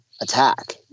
attack